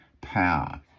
power